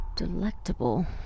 Delectable